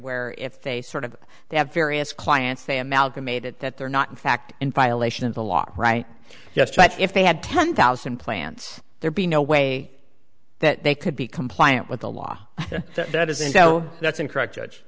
where if they sort of they have various clients they amalgamated that they're not in fact in violation of the law right if they had ten thousand plants there be no way that they could be compliant with the law that is in so that's incorrect judge